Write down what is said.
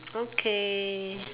okay